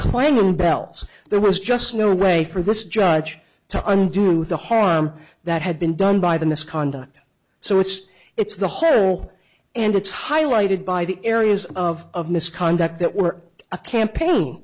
claiming bell's there was just no way for this judge to undo the harm that had been done by the misconduct so it's it's the whole and it's highlighted by the areas of misconduct that were a campaign